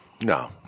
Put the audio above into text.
No